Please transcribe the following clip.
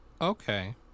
Okay